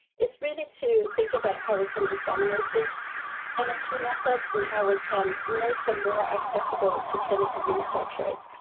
is really to think about how we can disseminate this and um p methods and how we can make them more accessible to clinical researchers.